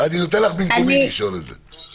אני נותן לך במקומי לשאול את זה.